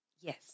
Yes